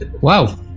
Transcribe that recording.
Wow